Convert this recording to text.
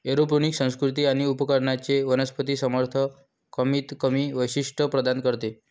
aeroponic संस्कृती आणि उपकरणांचे वनस्पती समर्थन कमीतकमी वैशिष्ट्ये प्रदान करते